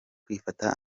kwifata